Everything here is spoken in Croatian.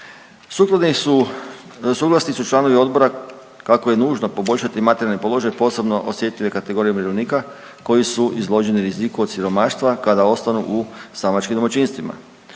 Suglasni su članovi odbora kako je nužno poboljšati materijalni položaj posebno osjetljive kategorije umirovljenika koji su izloženi riziku od siromaštva kada ostanu u samačkim domaćinstvima.